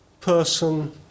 person